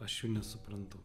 aš jų nesuprantu